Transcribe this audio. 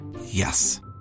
Yes